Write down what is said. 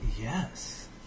Yes